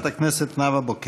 חברת הכנסת נאוה בוקר.